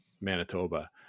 Manitoba